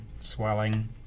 swelling